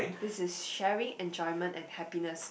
this is sharing enjoyment and happiness